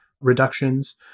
Reductions